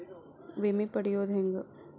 ವಿಮೆ ಪಡಿಯೋದ ಹೆಂಗ್?